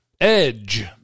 edge